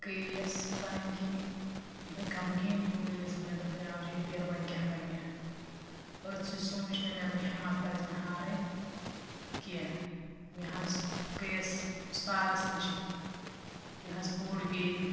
بہٕ گٔیے یَس پَنٕنۍ کِنۍ یہوے غَمگیٖن ہیوٗ گٔیَس بہٕ مےٚ دوٚپ مےٚ آو ریٚپیر وۄنۍ کیاہ بَنہِ أتھۍ سۭتۍ سوٗنٛچ مےٚ مےٚ دوٚپ ہٮ۪مَتھ پَزِ نہٕ ہارٕنۍ کینٛہہ مےٚ حظ گٔیَس اُستادَس نِش مےٚ حظ پوٚر بیٚیہِ